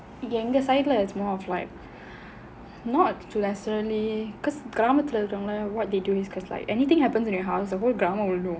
எங்க:enga side leh not necessarily only because கிராமத்துல இருக்குறவங்கலாம்:gramaathula irukkuravangalaam because like anything happens in their house the whole